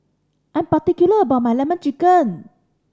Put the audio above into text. I am particular about my Lemon Chicken